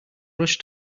rushed